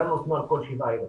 לנו נתנו על כל שבעה ילדים.